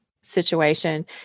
situation